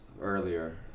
earlier